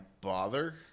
bother